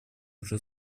уже